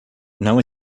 não